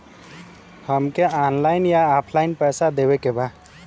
हमके ऑनलाइन या ऑफलाइन पैसा देवे के बा?